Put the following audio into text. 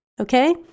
Okay